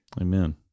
Amen